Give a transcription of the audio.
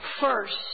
First